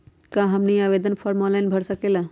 क्या हमनी आवेदन फॉर्म ऑनलाइन भर सकेला?